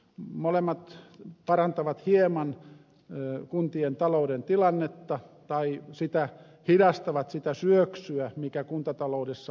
molemmat parantavat hieman kuntien talouden tilannetta tai hidastavat sitä syöksyä mikä kuntataloudessa on